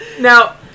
Now